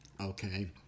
okay